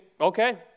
okay